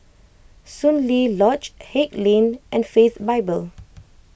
Soon Lee Lodge Haig Lane and Faith Bible